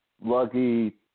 lucky